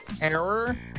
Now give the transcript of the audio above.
Error